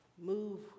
move